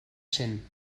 cent